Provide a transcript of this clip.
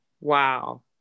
Wow